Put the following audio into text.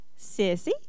Sissy